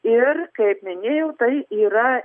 ir kaip minėjau tai yra